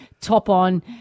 top-on